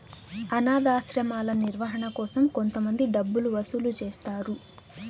అనాధాశ్రమాల నిర్వహణ కోసం కొంతమంది డబ్బులు వసూలు చేస్తారు